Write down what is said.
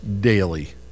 daily